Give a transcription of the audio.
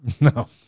no